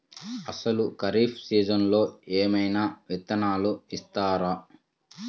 అసలు ఖరీఫ్ సీజన్లో ఏమయినా విత్తనాలు ఇస్తారా?